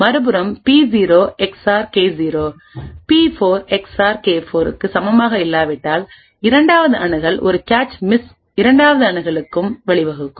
மறுபுறம் பி0 எக்ஸ்ஆர் கே0 பி4 எக்ஸ்ஆர் கே4 க்கு சமமாக இல்லாவிட்டால் இரண்டாவது அணுகல் ஒரு கேச் மிஸ் இரண்டாவது அணுகலுக்கும் வழிவகுக்கும்